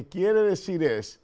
at see this